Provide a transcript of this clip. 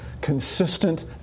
consistent